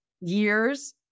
years